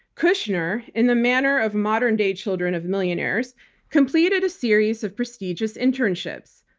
kushner in the manner of modern day children of millionaires completed a series of prestigious internships,